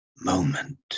moment